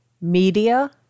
media